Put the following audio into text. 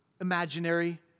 imaginary